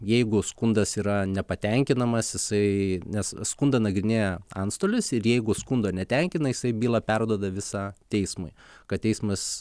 jeigu skundas yra nepatenkinamas jisai nes skundą nagrinėja antstolis ir jeigu skundo netenkina jisai bylą perduoda visą teismui kad teismas